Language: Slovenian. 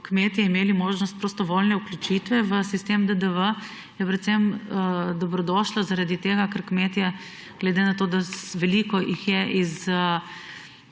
kmetje imeli možnost prostovoljne vključitve v sistem DDV, je predvsem dobrodošlo zaradi tega, ker kmetje, glede na to, da veliko jih je z